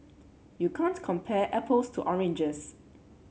you can't compare apples to oranges